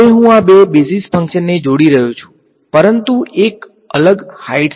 હવે હું આ બે બેઝિસ ફંક્શનને જોડી રહ્યો છું પરંતુ એક અલગ હાઈટ સાથે